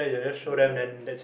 your name